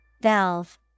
Valve